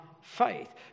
faith